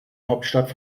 hauptstadt